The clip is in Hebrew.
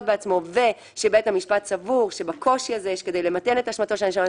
בעצמו ושבית המשפט סבור שבקושי הזה יש כדי למתן את אשמתו של הנאשם,